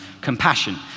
compassion